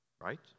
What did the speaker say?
Right